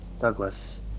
Douglas